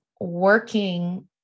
working